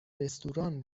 رستوران